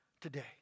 today